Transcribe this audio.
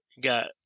got